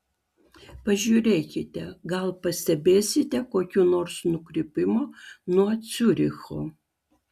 pažiūrėkite gal pastebėsite kokių nors nukrypimų nuo ciuricho